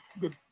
good